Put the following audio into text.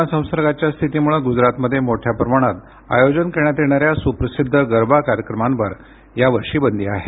corona संसर्गाच्या स्थितीमुळं गुजरातमध्ये मोठ्या प्रमाणात आयोजन करण्यात येणाऱ्या सुप्रसिद्ध गरबा कार्यक्रमावरही यावर्षी बंदी आहे